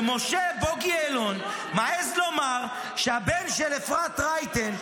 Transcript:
ומשה בוגי יעלון מעז לומר שהבן של אפרת רייטן,